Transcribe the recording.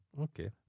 Okay